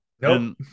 Nope